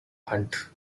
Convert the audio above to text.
hunt